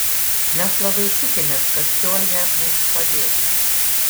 mes labai tikimės kad kiolne mums padės